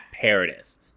Paradis